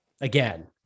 again